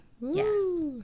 Yes